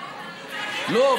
לא,